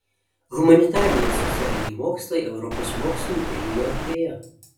humanitariniai ir socialiniai mokslai europos mokslinių tyrimų erdvėje